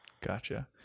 Gotcha